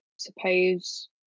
suppose